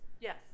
Yes